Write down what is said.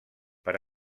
per